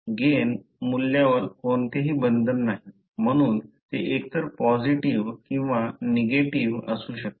gain मूल्यावर कोणतेही बंधन नाही म्हणून ते एकतर पॉसिटीव्ह किंवा निगेटिव्ह असू शकते